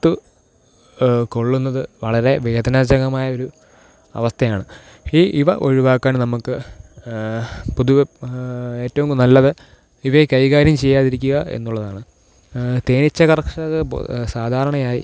കുത്തു കൊള്ളുന്നത് വളരെ വേദനാജനകമായൊരു അവസ്ഥയാണ് ഈ ഇവ ഒഴിവാക്കാന് നമുക്ക് പൊതുവേ ഏറ്റവും നല്ലത് ഇവയെ കൈകാര്യം ചെയ്യാതിരിക്കുക എന്നുള്ളതാണ് തേനീച്ച കർഷകർ സാധാരണയായി